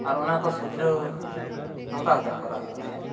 ᱚᱱᱟ ᱠᱚ ᱥᱩᱫᱷᱨᱟᱹᱣ ᱱᱚᱝᱠᱟ ᱠᱟᱛᱮᱜ ᱠᱚᱨᱟᱣ ᱦᱩᱭᱩᱜ ᱛᱟᱭᱟ